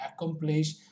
accomplish